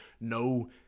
no